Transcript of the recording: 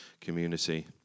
community